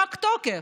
פג תוקפן.